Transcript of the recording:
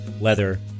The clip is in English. leather